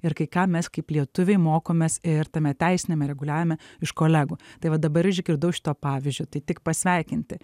ir kai ką mes kaip lietuviai mokomės ir tame teisiniame reguliavime iš kolegų tai va dabar išgirdau iš to pavyzdžio tai tik pasveikinti